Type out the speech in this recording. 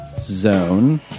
Zone